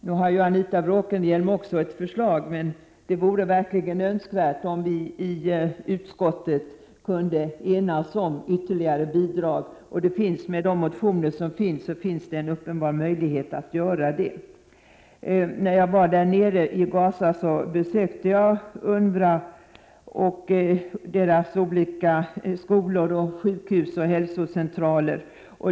Nu har också Anita Bråkenhielm ett förslag, men det vore verkligen önskvärt om vi i utskottet kunde enas om ytterligare bidrag, och med de motioner som föreligger har vi en uppenbar möjlighet att göra det. När jag var i Gaza besökte jag UNRWA och dess skolor, sjukhus och hälsocentraler.